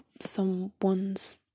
someone's